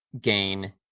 gain